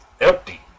empty